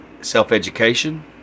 self-education